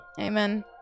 amen